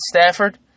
Stafford